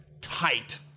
Tight